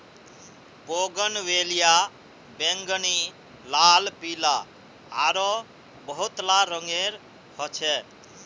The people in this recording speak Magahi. बोगनवेलिया बैंगनी, लाल, पीला आरो बहुतला रंगेर ह छे